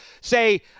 say